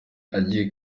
agiye